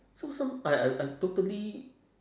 so some I I I totally